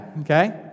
okay